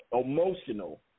emotional